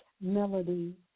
melody